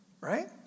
Right